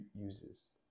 uses